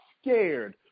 scared